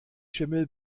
schimmel